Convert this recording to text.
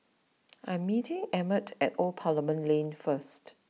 I'm meeting Emmett at Old Parliament Lane first